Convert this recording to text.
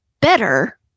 better